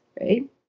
right